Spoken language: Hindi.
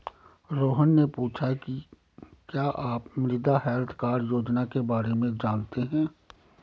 रोहन ने पूछा कि क्या आप मृदा हैल्थ कार्ड योजना के बारे में जानते हैं?